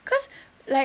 cause like